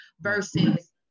versus